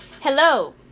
Hello